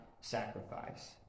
sacrifice